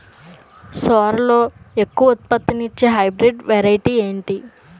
సోరలో ఎక్కువ ఉత్పత్తిని ఇచే హైబ్రిడ్ వెరైటీ ఏంటి?